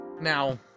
Now